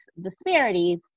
disparities